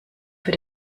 für